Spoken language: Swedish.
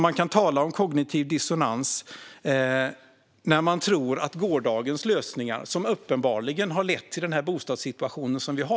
Man kan tala om kognitiv dissonans när man tror på gårdagens lösningar, som uppenbarligen har lett till den bostadssituation som vi har.